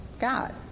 God